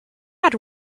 had